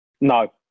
No